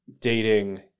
dating